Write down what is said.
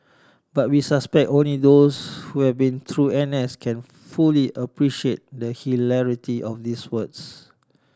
but we suspect only those who have been through N S can fully appreciate the hilarity of these words